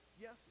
Yes